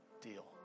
deal